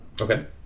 Okay